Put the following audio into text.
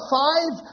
five